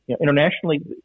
Internationally